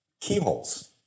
keyholes